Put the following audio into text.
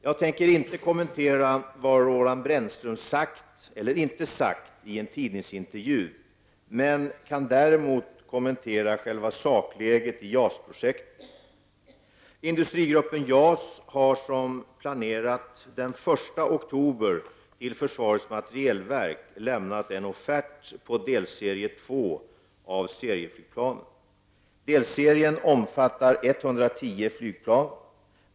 Jag tänker inte kommentera vad Roland Brännström sagt eller inte sagt i en tidningsintervju, men kan däremot kommentera själva sakläget i JAS-projektet. oktober till försvarets materielverk lämnat en offert på delserie två av serieflygplanen. Delserien omfattar 110 flygplan.